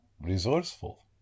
resourceful